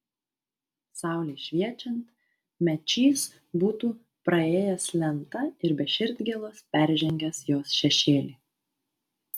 saulei šviečiant mečys būtų praėjęs lentą ir be širdgėlos peržengęs jos šešėlį